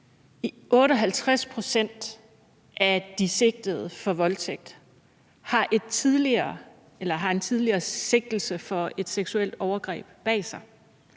58 pct. af de sigtede for voldtægt har en tidligere sigtelse for et seksuelt overgreb bag sig.